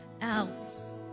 else